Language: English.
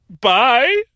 Bye